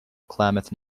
klamath